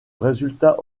résultat